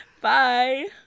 Bye